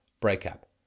breakup